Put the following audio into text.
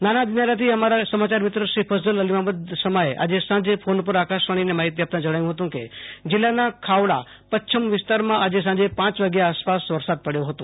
નાના દિનારાથી અમારા સમાચાર મિત્ર શ્રી ફજલ અલીમામદ સમાએ આજે સાંજે ફોન પર આકાશાવાણીને માહિતી આપતા જણાવ્યુ હતું કે આજે જીલ્લાના ખાવડા પચ્છમ વિસ્તારમાં આજે સાંજે પાંચ વાગ્યા આસપાસ વરસાદ પડથો હતો